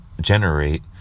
generate